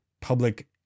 public